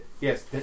yes